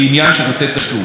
לא חייבים להקריא הכול.